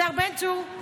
השר בן צור,